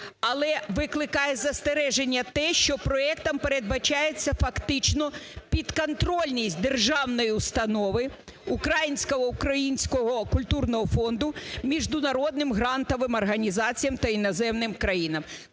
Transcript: Але викликає застереження те, що проектом передбачається фактично підконтрольність державної установи Українського культурного фонду международным грантовым організаціям та іноземним країнам.